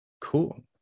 Cool